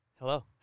Hello